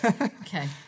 Okay